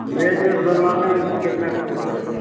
मेज़ एज़ बनवाने हैं तो कितने में सर पड़ेंगे